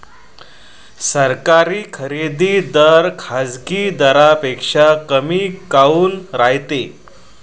सरकारी खरेदी दर खाजगी दरापेक्षा कमी काऊन रायते?